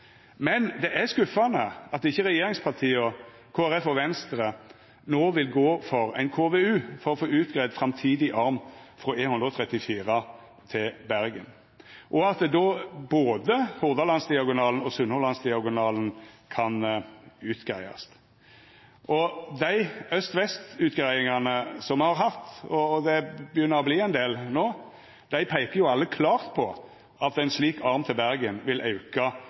Men det er skuffande at ikkje regjeringspartia, Kristeleg Folkeparti og Venstre no vil gå for ein KVU for å få utgreidd framtidig arm frå E134 til Bergen, og at både Hordalandsdiagonalen og Sunnhordlandsdiagonalen då kan utgreiast. Dei aust–vest-utgreiingane som me har hatt, og det begynner å verta ein del no, peiker alle klart på at ein slik arm til Bergen vil auka